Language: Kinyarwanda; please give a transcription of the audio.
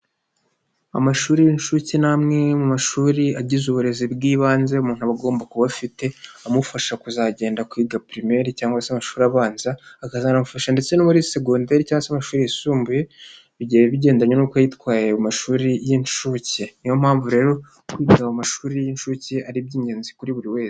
Amashuri y'incuke ni amwe mu mashuri agize uburezi bw'ibanze umuntu aba agomba kuba afite. Amufasha kuzajyenda kwiga pirimari cyangwa se amashuri abanza, akazanamufasha ndetse no muri segondere cyangwa amashuri yisumbuye igihe bigendanye n'uko yitwaye mu mashuri y'incuke niyo mpamvu rero kwiga mu mashuri y'incuke ari iby'ingenzi kuri buri wese